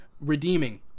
redeeming